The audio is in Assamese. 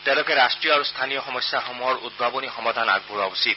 তেওঁলোকে ৰাষ্ট্ৰীয় আৰু স্থানীয় সমস্যাসমূহৰ উদ্ভাৱনী সমাধান আগবঢ়োৱা উচিত